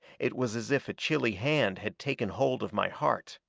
it was as if a chilly hand had taken hold of my heart.